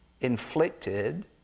inflicted